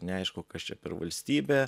neaišku kas čia per valstybė